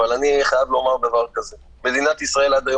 אבל אני חייב לומר דבר כזה: מדינת ישראל עד היום